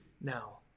now